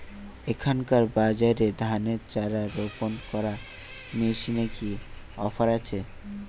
এখনকার বাজারে ধানের চারা রোপন করা মেশিনের কি অফার আছে?